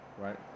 right